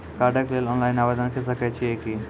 कार्डक लेल ऑनलाइन आवेदन के सकै छियै की?